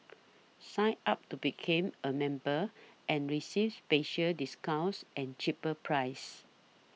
sign up to became a member and receives special discounts and cheaper prices